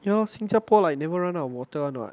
ya lor 新加坡 like never run out of water [one] [what]